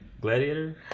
Gladiator